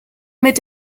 mit